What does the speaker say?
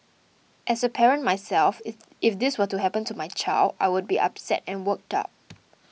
as a parent myself if this were to happen to my child I would be upset and worked up